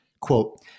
Quote